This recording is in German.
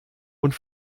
und